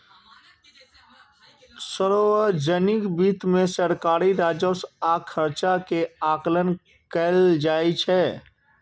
सार्वजनिक वित्त मे सरकारी राजस्व आ खर्च के आकलन कैल जाइ छै